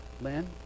Lynn